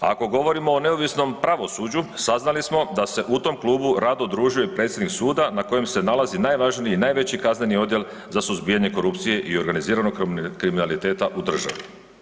Ako govorimo o neovisnom pravosuđu saznali smo da se u tom klubu rad udružuje predsjednik suda na kojem se nalazi najvažniji i najveći kazneni odjel za suzbijanje korupcije i organiziranog kriminaliteta u državu.